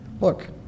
Look